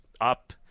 up